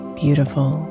beautiful